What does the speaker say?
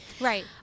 right